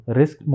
risk